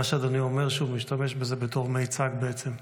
מה שאדוני אומר, שהוא משתמש בזה בתור מיצג, בעצם.